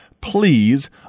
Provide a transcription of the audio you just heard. please